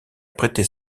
prêté